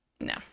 no